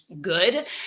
good